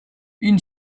une